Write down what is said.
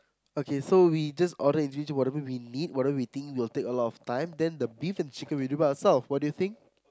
okay so we just order in general whatever we need whatever we think will take a lot of time then the beef and chicken we do by ourselves what do you think